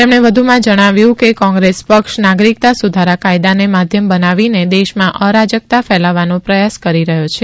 તેમણે વધુમાં જણાવ્યું હતું કે કોંગ્રેસ પક્ષ નાગરિકતા સુધારા કાયદાને માધ્યમ બનાવીને દેશમાં અરાજકતા ફેલાવવાનું પ્રયાસ કરી રહ્યો છે